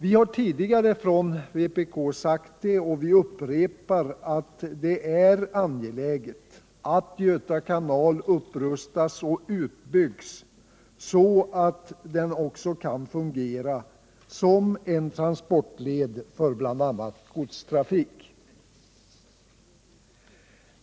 Vi har tidigare från vpk:s sida sagt — och vi upprepar det — att det är angeläget att Göta kanal upprustas och utbyggs så att den också kan fungera som en transportled för bl.a. godstrafik.